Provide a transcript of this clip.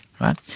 right